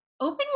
open